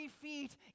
feet